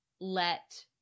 let